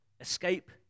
escape